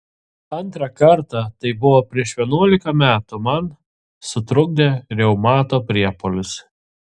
antrą kartą tai buvo prieš vienuolika metų man sutrukdė reumato priepuolis